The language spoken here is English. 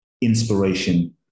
inspiration